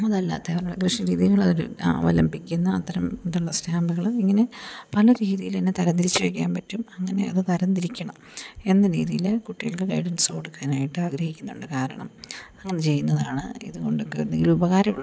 അതല്ലാത്തവരുടെ കൃഷിരീതികൾ അവർ അവലംബിക്കുന്ന അത്തരം ഇതുള്ള സ്റ്റാമ്പുകൾ ഇങ്ങനെ പല രീതിയിൽ തന്നെ തരംതിരിച്ച് വയ്ക്കാൻ പറ്റും അങ്ങനെ അത് തരംതിരിക്കണം എന്ന രീതിയിൽ കുട്ടികൾക്ക് ഗൈഡൻസ് കൊടുക്കാനായിട്ട് ആഗ്രഹിക്കുന്നുണ്ട് കാരണം അങ്ങനെ ചെയ്യുന്നതാണ് ഇതുകൊണ്ടൊക്കെ എന്തെങ്കിലും ഉപകാരം ഉള്ളൂ